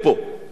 100,000?